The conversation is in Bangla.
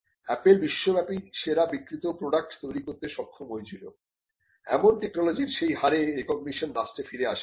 অ্যাপল বিশ্বব্যাপী সেরা বিক্রিত প্রডাক্ট তৈরি করতে সক্ষম হয়েছিল এমন টেকনোলজির সেই হারে রেকোগ্নিশন রাষ্ট্রে ফিরে আসে নি